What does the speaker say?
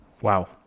Wow